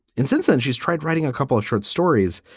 and since then, she's tried writing a couple of short stories,